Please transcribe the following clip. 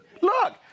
Look